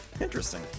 Interesting